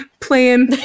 playing